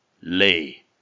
lay